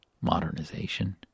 modernization